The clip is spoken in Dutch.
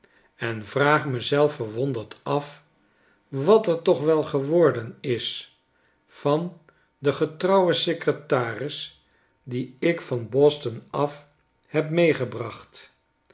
en vraag me zelf verwonderdaf wat er toch wel geworden is van den getrouwen secretaris dien ik van boston af heb meegebracht